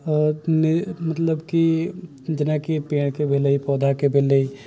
मतलब कि जेनाकि पेड़के भेलै पौधाके भेलै